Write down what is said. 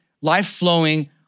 life-flowing